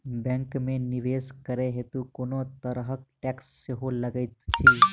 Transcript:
Bank मे निवेश करै हेतु कोनो तरहक टैक्स सेहो लागत की?